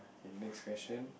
it makes passion